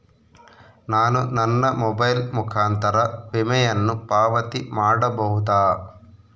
ನಾನು ನನ್ನ ಮೊಬೈಲ್ ಮುಖಾಂತರ ವಿಮೆಯನ್ನು ಪಾವತಿ ಮಾಡಬಹುದಾ?